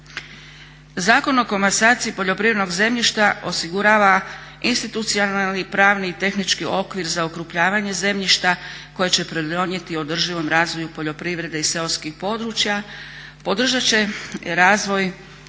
Zakon o komasaciji poljoprivrednog zemljišta osigurava institucionalni, pravni i tehnički okvir za okrupnjavanje zemljišta koje će pridonijeti održivom razvoju poljoprivrede i seoskih područja, podržati će razvoj